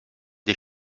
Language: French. des